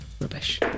Rubbish